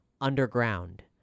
Underground